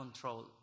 control